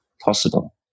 possible